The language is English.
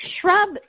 shrub